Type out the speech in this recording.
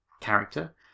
character